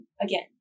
again